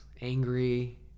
angry